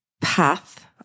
path